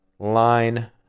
line